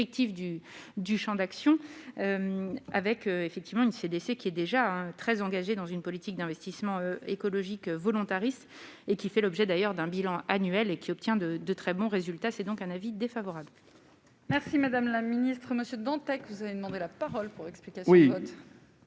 du Champ d'action avec effectivement une CDC qui est déjà très engagée dans une politique d'investissement écologique volontariste et qui fait l'objet d'ailleurs d'un bilan annuel et qui obtient de très bons résultats, c'est donc un avis défavorable. Merci madame la ministre, monsieur Dantec, vous avez demandé la parole pour expliquer. Je je